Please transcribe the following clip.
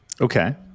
Okay